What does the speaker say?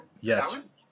yes